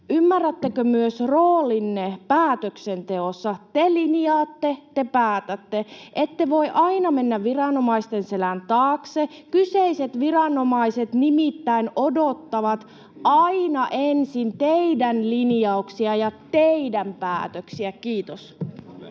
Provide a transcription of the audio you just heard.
Ymmärrättekö myös roolinne päätöksenteossa? Te linjaatte, te päätätte. Ette voi aina mennä viranomaisten selän taakse, kyseiset viranomaiset nimittäin odottavat aina ensin teidän linjauksia ja teidän päätöksiä. — Kiitos.